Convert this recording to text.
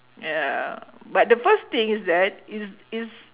ya but the first thing is that is is